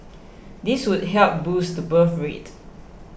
this would help boost the birth rate